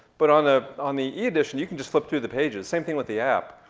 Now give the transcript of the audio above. but on ah on the e-edition, you can just flip through the pages, same thing with the app.